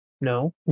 No